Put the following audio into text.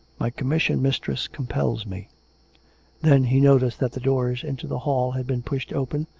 my commission, mistress, compels me then he noticed that the doors into the hall had been pushed open,